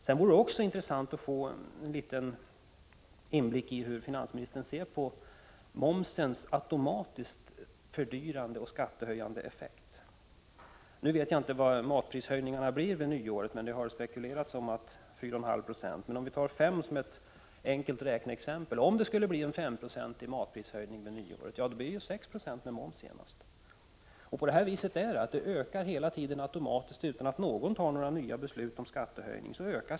Det vore också intressant att få en liten inblick i hur finansministern ser på momsens automatiskt fördyrande och skattehöjande effekt. Jag vet inte hur stora prishöjningarna blir vid nyåret — det har spekulerats om 4,5 96 — men om vi som ett enkelt räkneexempel antar att det blir en S-procentig matprishöjning vid nyåret, blir prishöjningen genast 6 9o med momsen. Så 69 fungerar det — skatten på mat ökar hela tiden automatiskt utan att någon tar några beslut om skattehöjningar.